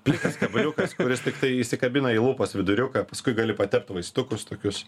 plikas kabliukas kuris tiktai įsikabina į lūpos viduriuką paskui gali patept vaistukus tokius